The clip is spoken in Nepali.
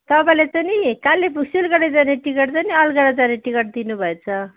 तपाईँले चाहिँ नि कालेबुङ सिलगढी जाने टिकट चाहिँ नि अलगडा जाने टिकट दिनुभएछ